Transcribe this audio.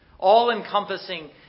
all-encompassing